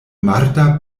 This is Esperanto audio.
marta